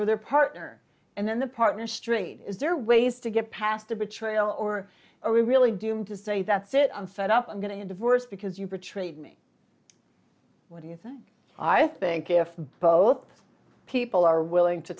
or their partner and then the partner street is there are ways to get past a betrayal or are we really doomed to say that's it i'm fed up i'm going to get divorced because you pre treat me what do you think i think if both people are willing to